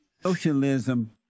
socialism